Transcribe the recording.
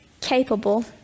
capable